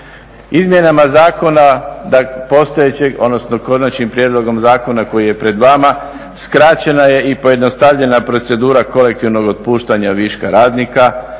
Izmjenama Zakona postojećeg, odnosno Konačnim prijedlogom koji je pred vama skraćena je i pojednostavljena procedura kolektivnog otpuštanja viška radnika,